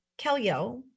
kellyo